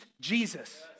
Jesus